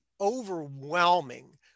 overwhelming